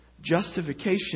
justification